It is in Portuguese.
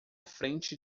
frente